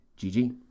GG